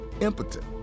impotent